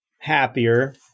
happier